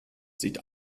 sieht